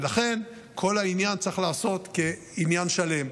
לכן, כל העניין צריך להיעשות כעניין שלם.